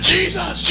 Jesus